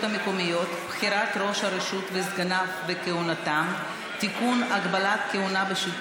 המקומיות (בחירת ראש הרשות וסגניו וכהונתם) (תיקון,